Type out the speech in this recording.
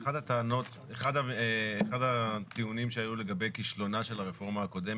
אחד הטיעונים שהיו לגבי כישלונה של הרפורמה הקודמת